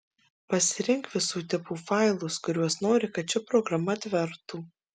pasirink visų tipų failus kuriuos nori kad ši programa atvertų